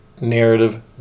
narrative